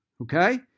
Okay